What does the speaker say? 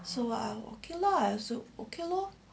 so what I okay lah I also okay loh